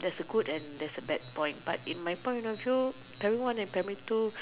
there's a good and there's a bad point but in my point of view primary one and two